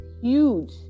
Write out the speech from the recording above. huge